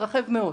יתרחב מאוד.